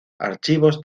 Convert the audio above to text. archivos